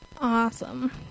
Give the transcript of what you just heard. Awesome